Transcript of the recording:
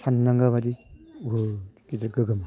सानदांगा बायदि बहुत गिदिर गोगोम